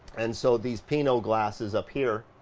and so these pinot glasses up here